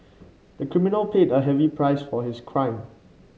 the criminal paid a heavy price for his crime